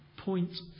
point